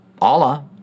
Allah